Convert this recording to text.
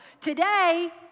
Today